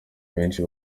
benshi